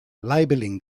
labeling